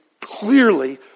clearly